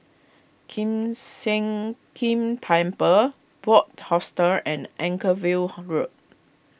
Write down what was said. Kiew Sian King Temple Bunc Hostel and Anchorvale Road